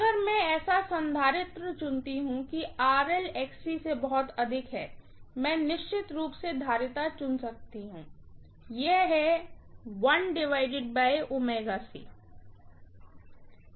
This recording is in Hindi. अगर मैं ऐसा कपैसिटर चुनता हूं कि से बहुत अधिक है मैं निश्चित रूप से धारिता चुन सकती हूँ यह है